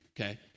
okay